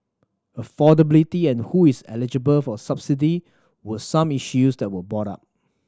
affordability and who is eligible for subsidy were some issues that were brought up